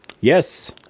Yes